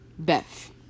Beth